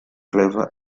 clever